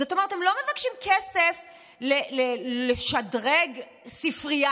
זאת אומרת, הם לא מבקשים כסף לשדרג ספרייה,